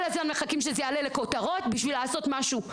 כל הזמן מחכים שזה יעלה לכותרות בשביל לעשות משהו.